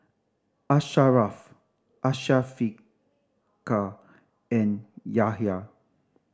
Asharaff and Yahya